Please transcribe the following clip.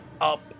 up